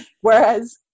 Whereas